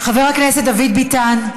חבר הכנסת דוד ביטן,